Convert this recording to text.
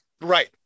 Right